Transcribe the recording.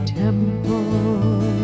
temple